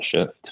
shift